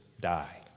die